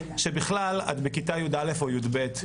כשבכלל את בכיתה י"א או י"ב.